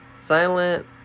Silent